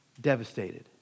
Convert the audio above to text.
devastated